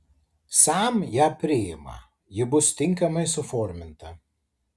sam ją priima ji bus tinkamai suforminta